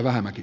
kannatan